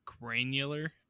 granular